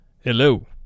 Hello